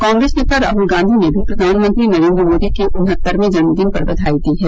कांग्रेस नेता राहल गांधी ने भी प्रधानमंत्री नरेन्द्र मोदी के उन्हत्तरवें जन्मदिन पर बधाई दी है